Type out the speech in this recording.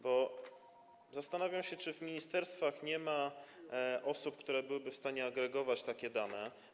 Bo zastanawiam się, czy w ministerstwach nie ma osób, które byłyby w stanie agregować takie dane.